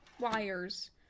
wires